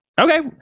Okay